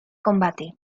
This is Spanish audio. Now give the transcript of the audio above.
combate